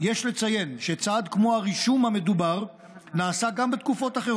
יש לציין שצעד כמו הרישום המדובר נעשה גם בתקופות אחרות,